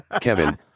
Kevin